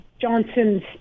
Johnson's